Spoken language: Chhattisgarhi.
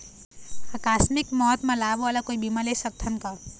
आकस मिक मौत म लाभ वाला कोई बीमा ले सकथन का?